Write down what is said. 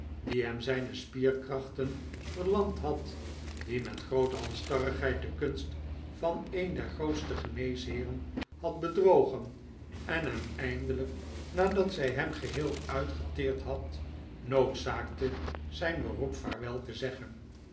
die hem zijne spierkrachten verlamd had die met groote halsstarrigheid de kunst van een der grootste geneesheeren had bedrogen en hem eindelijk nadat zij hem geheel uitgeteerd had noodzaakte zijn beroep vaarwel te zeggen